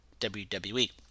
WWE